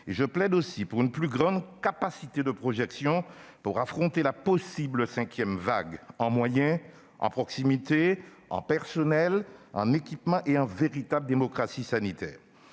Je plaide aussi pour une plus grande capacité de projection pour affronter une possible cinquième vague, en moyens, en proximité, en personnels, en équipements et en véritable démocratie sanitaire.